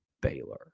Baylor